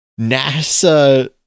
NASA